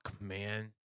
man